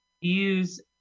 Use